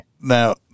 now